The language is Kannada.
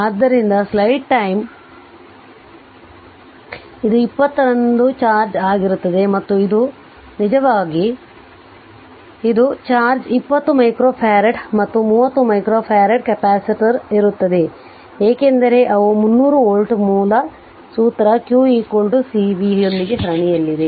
ಆದ್ದರಿಂದ ಸ್ಲೈಡ್ ಟೈಮ್ ಇದು 20 ರಂದು ಚಾರ್ಜ್ ಆಗಿರುತ್ತದೆ ಮತ್ತು ಇದು ನಿಜವಾಗಿ ಇದು ಚಾರ್ಜ್ 20 ಮೈಕ್ರೋಫ್ಯಾರಡ್ ಮತ್ತು 30 ಮೈಕ್ರೊಫ್ಯಾರಡ್ ಕೆಪಾಸಿಟರ್ ಇರುತ್ತದೆ ಏಕೆಂದರೆ ಅವು 300 ವೋಲ್ಟ್ ಮೂಲ ಸೂತ್ರ q cv ಯೊಂದಿಗೆ ಸರಣಿಯಲ್ಲಿದೆ